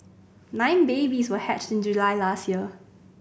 nine babies were hatched in July last year